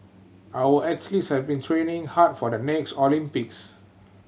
our athletes have been training hard for the next Olympics